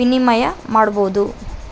ವಿನಿಮಯ ಮಾಡಬೋದು